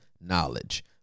knowledge